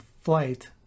flight